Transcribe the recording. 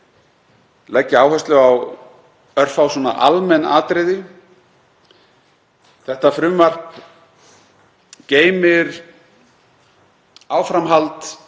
leggja áherslu á örfá almenn atriði. Þetta frumvarp geymir áframhald